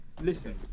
Listen